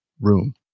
room